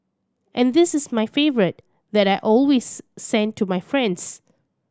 and this is my favourite that I always send to my friends